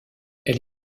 elle